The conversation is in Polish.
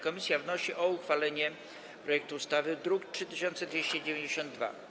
Komisja wnosi o uchwalenie projektu ustawy z druku nr 3292.